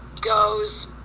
goes